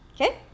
okay